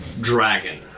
dragon